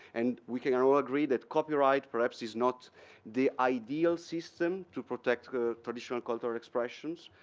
and we can all agree that copyright perhaps is not the ideal system to protect traditional cultural expressions,